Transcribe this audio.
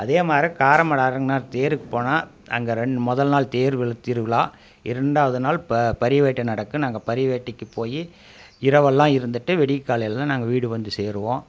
அதே மாரி காரமடை அரங்கநர் தேருக்கு போனால் அங்கே ரெண்டு முதல் நாள் பேர் விழு திருவிழா இரண்டாவது நாள் ப பரிவேட்டை நடக்கும் நாங்கள் பரிவேட்டைக்கு போய் இரவெல்லாம் இருந்துவிட்டு விடிய காலையில் தான் நாங்கள் வீடு வந்து சேருவோம்